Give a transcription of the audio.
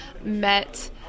Met